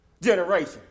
generation